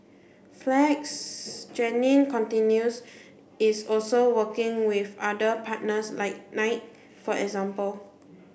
flex Jeannine continues is also working with other partners like Nike for example